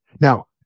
Now